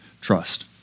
trust